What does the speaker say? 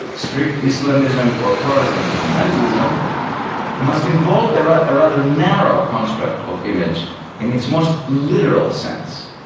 strict islamism or protestant fundamentalism must involve a rather rather narrow construct of image in its most literal sense.